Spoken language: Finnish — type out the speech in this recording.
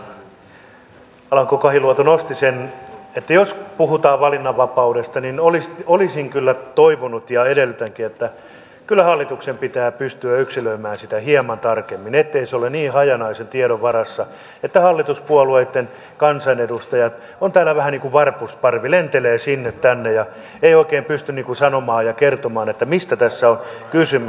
minun mielestäni edustaja alanko kahiluoto nosti esille sen valinnanvapaudesta mitä olisin kyllä toivonut ja edellytänkin että kyllä hallituksen pitää pystyä yksilöimään sitä hieman tarkemmin ettei se ole niin hajanaisen tiedon varassa että hallituspuolueitten kansanedustajat ovat täällä vähän niin kuin varpusparvi lentelevät sinne tänne ja eivät oikein pysty sanomaan ja kertomaan mistä tässä on kysymys